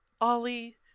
Ollie